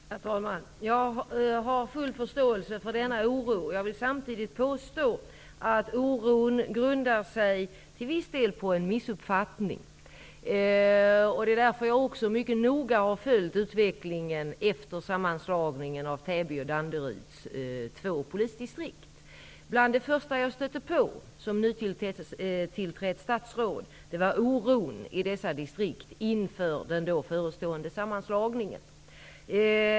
Herr talman! Jag har full förståelse för denna oro. Jag vill samtidigt påstå att oron grundar sig till viss del på en missuppfattning. Det är därför jag har noga följt utvecklingen efter sammanslagningen av Bland det första jag stötte på som nytillträtt statsråd var oron i dessa distrikt inför den då förestående sammanslagningen.